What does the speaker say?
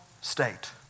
state